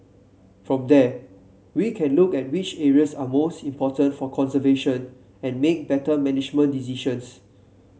from there we can look at which areas are most important for conservation and make better management decisions